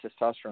testosterone